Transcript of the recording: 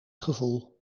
gevoel